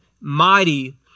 mighty